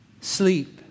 sleep